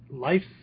Life